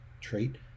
trait